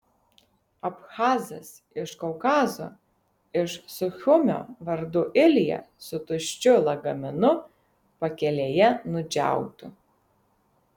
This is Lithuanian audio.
abchazas iš kaukazo iš suchumio vardu ilja su tuščiu lagaminu pakelėje nudžiautu